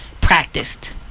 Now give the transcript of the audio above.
practiced